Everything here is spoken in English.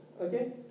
Okay